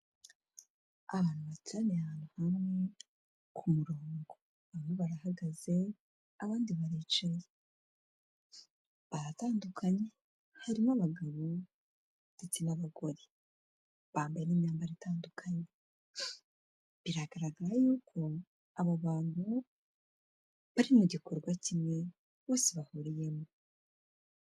Abantu bateraniye ahantu hamwe ku murongo, bamwe barahagaze abandi baricaye. Batandukanye harimo abagabo ndetse n'abagore bambaye n'imyambaro itandukanye. Biragaragara yuko abo bantu bari mu gikorwa kimwe bose bahuriyemo.